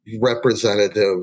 representative